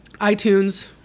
iTunes